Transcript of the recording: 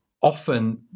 often